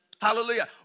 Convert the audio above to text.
Hallelujah